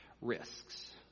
risks